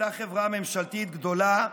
הייתה חברה ממשלתית גדולה,